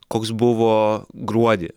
koks buvoo gruodį